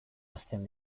hazten